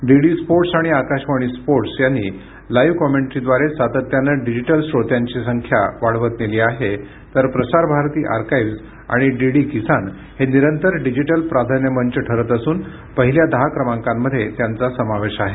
DD sports आणि Akashvani sports यांनी live कॉमेंटरीदवारे सातत्याने डिजिटल श्रोत्यांची संख्या वाढवत नेली आहे तर प्रसार भारती आर्काईव्ज आणि डीडी किसान हे निरंतर डिजिटल प्राधान्य मंच ठरत असून पहिल्या दहा क्रमांकामध्ये त्यांचा समावेश आहे